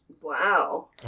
Wow